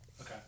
okay